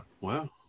Wow